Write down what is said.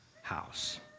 house